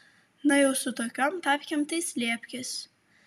na jau su tokiom tapkėm tai slėpkis